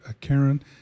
Karen